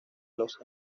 los